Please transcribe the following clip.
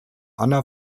anna